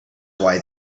why